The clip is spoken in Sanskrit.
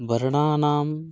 वर्णानाम्